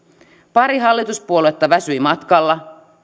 pari hallituspuoluetta väsyi matkalla